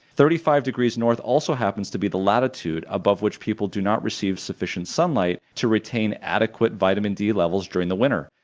thirty-five degrees north also happens to be the latitude above which people do not receive sufficient sunlight to retain adequate vitamin d levels during the winter.